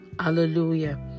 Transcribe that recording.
Hallelujah